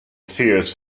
fears